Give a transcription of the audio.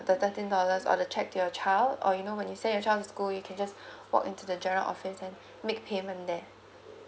the thirteen dollars or the cheque to your child or you know when you send your child to the school you can just walk in to the general office and make payment there